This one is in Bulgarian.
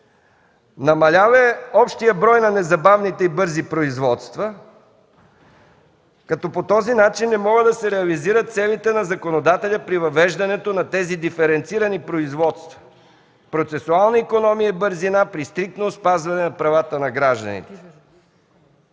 Намалял е общият брой на незабавните и бързи производства, като по този начин не могат да се реализират целите на законодателя при въвеждането на тези диференцирани производства – процесуална икономия и бързина при стриктно спазване правата на гражданите.